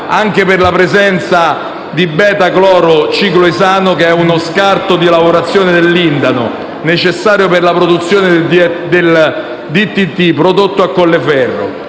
anche per la presenza di beta-esaclorocicloesano, che è uno scarto di lavorazione del lindano, necessario per la produzione di DDT, prodotto a Colleferro.